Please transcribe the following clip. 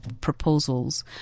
proposals